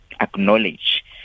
acknowledge